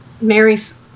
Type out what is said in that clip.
Mary's